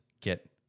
get